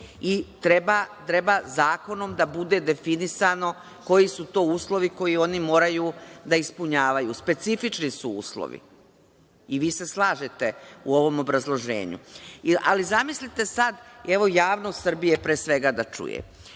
i treba zakonom da bude definisano koji su to uslovi koje oni moraju da ispunjavaju. Specifični su uslovi i vi se slažete u ovom obrazloženju. Zamislite sada, evo, javnost Srbije pre svega da čuje,